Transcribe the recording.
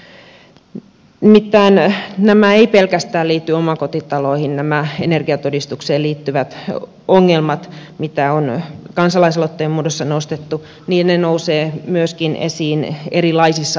nimittäin nämä energiatodistukseen liittyvät ongelmat mitä on kansalaisaloitteen muodossa nostettu eivät pelkästään liity omakotitaloihin ne nousevat esiin myöskin erilaisissa asumismuodoissa